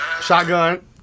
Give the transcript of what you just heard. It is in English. Shotgun